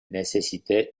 nécessitait